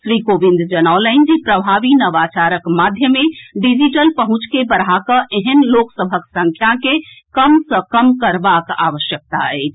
श्री कोविंद जनौलनि जे प्रभावी नवाचारक माध्यमे डिजिटल पहुंच के बढ़ाकऽ एहेन लोक सभक संख्या के कम सॅ कम करबाक आवश्यकता अछि